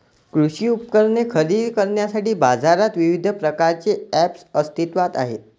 कृषी उपकरणे खरेदी करण्यासाठी बाजारात विविध प्रकारचे ऐप्स अस्तित्त्वात आहेत